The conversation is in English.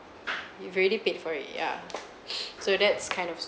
you've already paid for it yeah so that's kind of